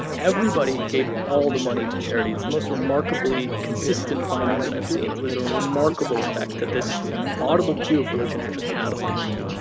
everybody gave all the money to charity. it's the most remarkably consistent finding that i've seen. it was a remarkable effect that this audible queue of religion actually had on people